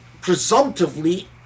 presumptively